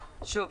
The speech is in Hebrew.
שוב,